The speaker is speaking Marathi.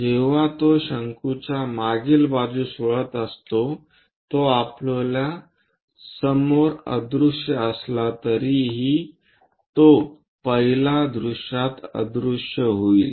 जेव्हा तो शंकूच्या मागील बाजूस वळत असतो तो आपल्या समोर अदृश्य असला तरीही तो पहिल्या दृश्यात अदृश्य होईल